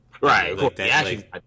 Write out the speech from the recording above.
Right